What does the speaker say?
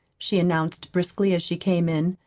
she announced briskly as she came in.